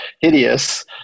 hideous